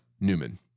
Newman